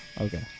Okay